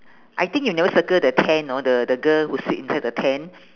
I think you never circle the tent know the the girl who sit inside the tent